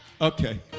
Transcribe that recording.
okay